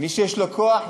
מי שיש לו כוח,